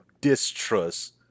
distrust